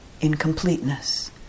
incompleteness